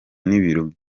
n’ibiro